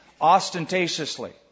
ostentatiously